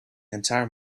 entire